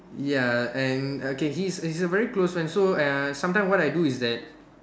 ya and okay he's he's a very close friend so uh sometimes what I do is that